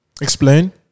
explain